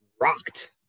Rocked